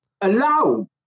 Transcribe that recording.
allow